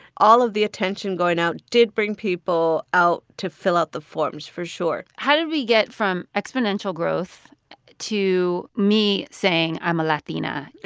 all of the attention going out did bring people out to fill out the forms, for sure how did we get from exponential growth to me saying i'm a latina?